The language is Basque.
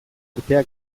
urtea